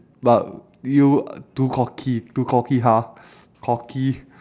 but you uh too cocky too cocky ha cocky